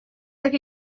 like